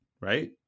Right